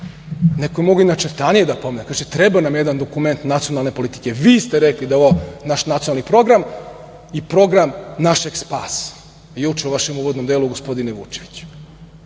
je mogao i Načertanije da pomene. Kaže – treba nam jedan dokument nacionalne politike. Vi ste rekli da je ovo naš nacionalni program i program našeg spasa, juče u vašem uvodnom delu, gospodine Vučeviću.